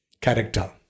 character